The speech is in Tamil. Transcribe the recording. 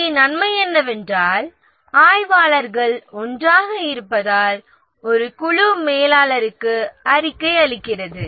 இங்கே நன்மை என்னவென்றால் ஆய்வாளர்கள் ஒன்றாக இருப்பதால் ஒரு குழு மேலாளருக்கு அறிக்கை அளிக்கிறது